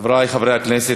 חברי חברי הכנסת,